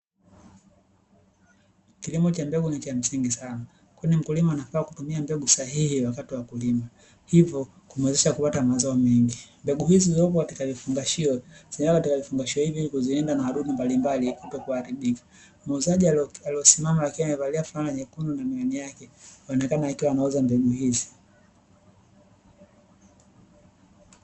Kilimo cha mbegu ni cha msingi sana. Kwani mkulima anafaa kutumia mbegu sahihi wakati wa kulima, hivyo kumwezesha kupata mazao mengi. Mbegu hizi zilizopo katika vifungashio, zinakaa katika vifungashio hivi, ili kuzilinda na wadudu mbalimbali kutokuharibika. Muuzaji aliyesimama akiwa amevalia fulana nyekundu na miwani yake anaonekana akiwa anauza mbegu hizi.